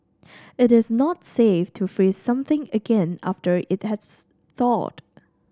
it is not safe to freeze something again after it has thawed